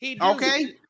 Okay